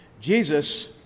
Jesus